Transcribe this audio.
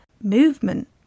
movement